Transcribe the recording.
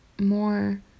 more